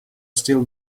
still